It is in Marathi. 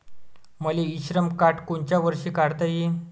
मले इ श्रम कार्ड कोनच्या वर्षी काढता येईन?